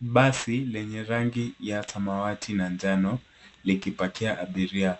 Basi lenye rangi ya samawati na njano, likipakia abiria.